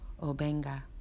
Obenga